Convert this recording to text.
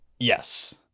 Yes